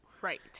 right